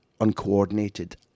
uncoordinated